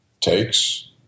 takes